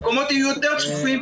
המקומות יהיו יותר צפופים,